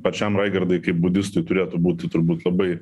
pačiam raigardui kaip budistui turėtų būti turbūt labai